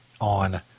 on